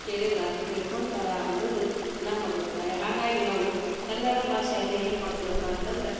ಹೇಳಿದ್ರೆ ತಿಳ್ಕೊಂತಾರೆ ಅನ್ನೋದು ನಮ್ಮ ಅಭಿಪ್ರಾಯ ಹಾಗಾಗಿ ನಾವು ಕನ್ನಡ ಭಾಷೆಯನ್ನು ಏನು ಮಾಡ್ತೀವಪ್ಪ ಅಂತಂದರೆ